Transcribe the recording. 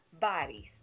bodies